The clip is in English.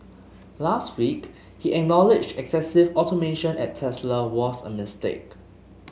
last week he acknowledged excessive automation at Tesla was a mistake